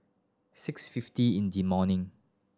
six fifty in the morning